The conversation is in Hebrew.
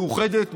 מאוחדת,